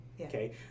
Okay